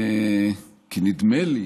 כי נדמה לי,